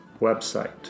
website